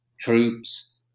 troops